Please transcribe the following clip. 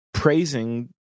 praising